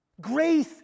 Grace